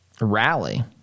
rally